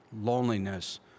loneliness